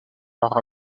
leur